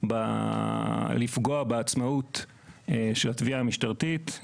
לפגוע בעצמאות של התביעה המשטרתית,